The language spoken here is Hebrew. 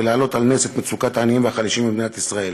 ולעלות על נס את מצוקת העניים והחלשים במדינת ישראל.